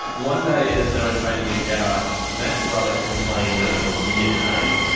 one day as they were training in the garage, matt's brother complained of a weird pain.